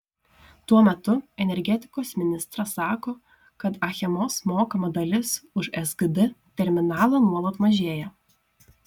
tuo metu energetikos ministras sako kad achemos mokama dalis už sgd terminalą nuolat mažėja